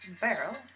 barrel